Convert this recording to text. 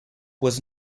was